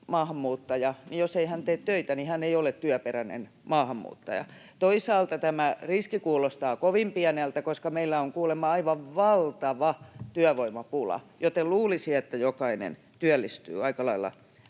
maahanmuuttaja, niin jos ei hän tee töitä, niin hän ei ole työperäinen maahanmuuttaja. Toisaalta tämä riski kuulostaa kovin pieneltä, koska meillä on kuulemma aivan valtava työvoimapula, joten luulisi, että jokainen työllistyy aika lailla